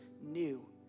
new